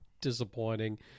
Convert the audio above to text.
disappointing